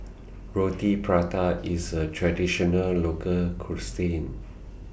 Roti Prata IS A Traditional Local Cuisine